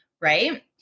right